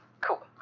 Cool